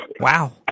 Wow